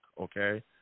okay